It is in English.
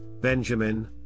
Benjamin